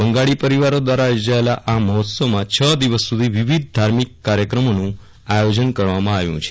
બંગાળી પરિવારોદ્વારા યોજાયેલા આ મહોત્સવમાં છ દિવસ સુધી વિવિધ ધાર્મિક કાર્યક્રમોનું આયોજન કરાયું છે